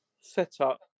setup